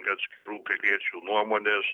kad atskirų piliečių nuomonės